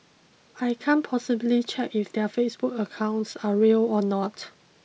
I can't possibly check if their Facebook accounts are real or not